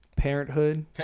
parenthood